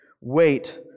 Wait